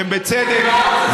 והן בצדק קיימות,